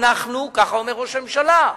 כך אומר ראש הממשלה,